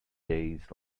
days